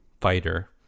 fighter